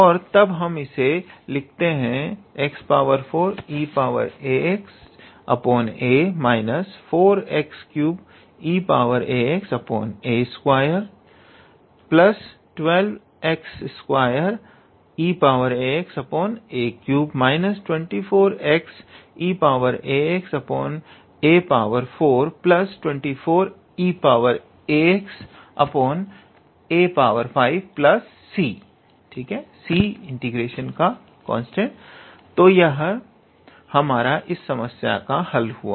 और तब हम इसे लिखते हैं x4eaxa 4x3eaxa212x2eaxa3 24xeaxa424eaxa5c तो यह हमारा इस समस्या का हल हुआ